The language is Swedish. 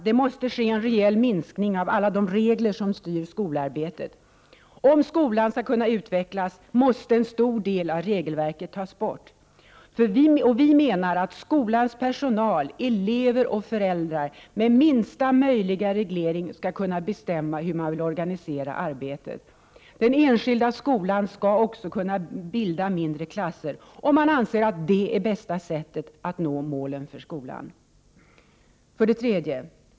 Det måste ske en rejäl minskning av de regler som styr skolarbetet. Om skolan skall kunna utvecklas måste en stor del av regelverket tas bort. Vi menar att skolans personal, elever och föräldrar med minsta möjliga reglering skall kunna bestämma hur man vill organisera arbetet. Den enskilda skolan skall kunna bilda mindre klasser om man anser att det är bästa sättet att nå målen för skolan. 3.